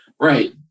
Right